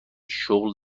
شغل